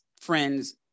friends